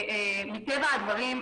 מטבע הדברים,